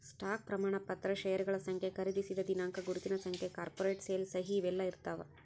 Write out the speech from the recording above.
stock ಪ್ರಮಾಣ ಪತ್ರ ಷೇರಗಳ ಸಂಖ್ಯೆ ಖರೇದಿಸಿದ ದಿನಾಂಕ ಗುರುತಿನ ಸಂಖ್ಯೆ ಕಾರ್ಪೊರೇಟ್ ಸೇಲ್ ಸಹಿ ಇವೆಲ್ಲಾ ಇರ್ತಾವ